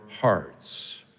hearts